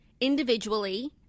individually